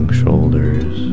shoulders